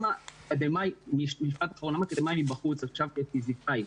למה אקדמי מבחוץ, למשל פיזיקאי,